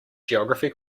geography